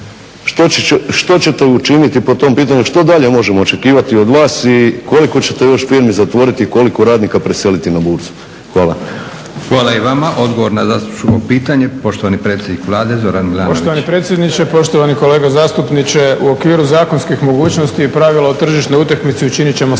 Što ćete učiniti po tom pitanju, što dalje možemo očekivati od vas? I koliko ćete još firmi zatvoriti i koliko radnika preseliti na burzu? Hvala. **Leko, Josip (SDP)** Hvala i vama. Odgovor na zastupničko pitanje, poštovani predsjednik Vlade, Zoran Milanović. **Milanović, Zoran (SDP)** Poštovani predsjedniče. Poštovani kolega zastupniče, u okviru zakonskih mogućnosti i pravila o tržišnoj utakmici učiniti ćemo sve,